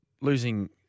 Losing